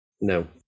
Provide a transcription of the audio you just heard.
no